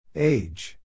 Age